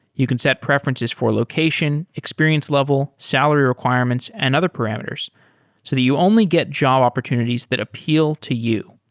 you can set preferences for location, experience level, salary requirements and other parameters so that you only get job opportunities that appeal to you.